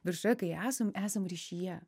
viršuje kai esam esam ryšyje